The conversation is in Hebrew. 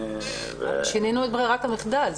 שינינו את ברירת המחדל.